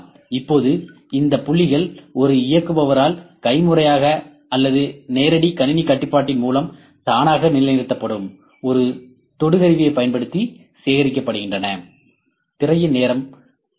இப்போது இந்த புள்ளிகள் ஒரு இயக்குபவரால் கைமுறையாக அல்லது நேரடி கணினி கட்டுப்பாட்டின் மூலம் தானாக நிலைநிறுத்தப்படும் ஒரு தொடு கருவியைப் பயன்படுத்தி சேகரிக்கப்படுகின்றன